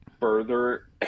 Further